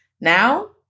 now